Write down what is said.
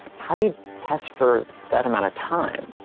how do you test for that amount of time?